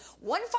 one